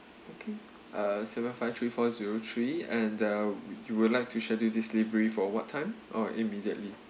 okay uh seven five three four zero three and you would like to schedule this delivery for what time oh immediately